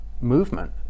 movement